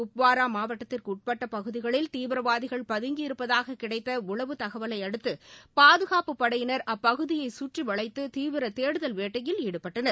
குப்வாரா மாவட்டத்திற்குட்பட்ட பகுதிகளில் தீவிரவாதிகள் பதங்கியிருட்பதாக கிடைத்த உளவுத் தகவலையடுத்து பாதுகாப்புப் படையினர் அப்பகுதியை சுற்றி வளைத்து தீவிர தேடுதல் வேட்டையில் ஈடுபட்டனர்